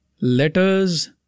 Letters